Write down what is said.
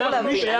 או אתה?